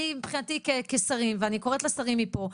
אני מבחינתי כשרים ואני קוראת לשרים מפה,